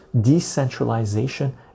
decentralization